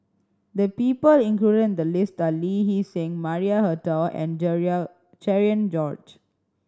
the people include in the list are Lee Hee Seng Maria Hotel and Cherian George